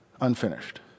Unfinished